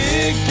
Big